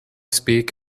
speak